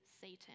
Satan